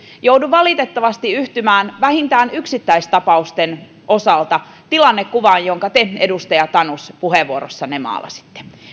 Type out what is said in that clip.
joudun valitettavasti yhtymään vähintään yksittäistapausten osalta tilannekuvaan jonka te edustaja tanus puheenvuorossanne maalasitte